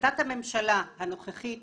בהחלטת הממשלה הנוכחית